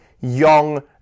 young